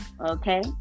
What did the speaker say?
okay